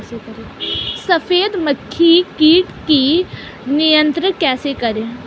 सफेद मक्खी कीट को नियंत्रण कैसे करें?